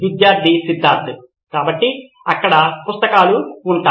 విద్యార్థి సిద్ధార్థ్ కాబట్టి అక్కడ పుస్తకాలు ఉంటాయి